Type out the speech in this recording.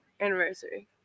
anniversary